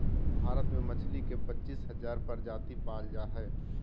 भारत में मछली के पच्चीस हजार प्रजाति पाल जा हइ